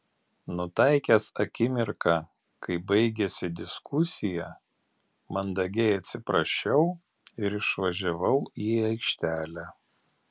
nutaikęs akimirką kai baigėsi diskusija mandagiai atsiprašiau ir išvažiavau į aikštelę